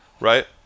Right